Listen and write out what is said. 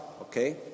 Okay